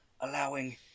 allowing